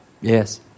Yes